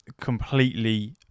completely